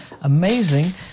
Amazing